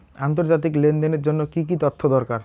আন্তর্জাতিক লেনদেনের জন্য কি কি তথ্য দরকার?